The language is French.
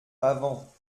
pavant